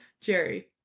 Jerry